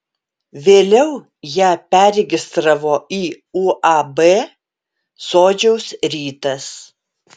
vėliau ją perregistravo į uab sodžiaus rytas